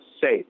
safe